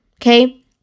okay